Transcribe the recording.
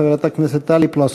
חברת הכנסת טלי פלוסקוב.